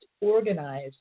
organize